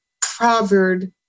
proverb